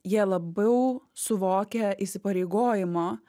jie labiau suvokia įsipareigojimo